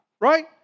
right